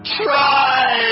try